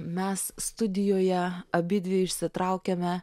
mes studijoje abidvi išsitraukėme